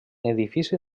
edifici